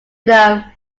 them